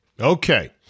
Okay